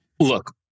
Look